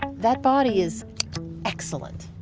that body is excellent.